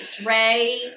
Dre